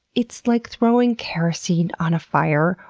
it's like throwing kerosene on a fire,